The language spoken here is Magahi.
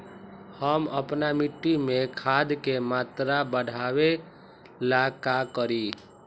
हम अपना मिट्टी में खाद के मात्रा बढ़ा वे ला का करी?